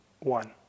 one